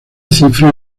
cifra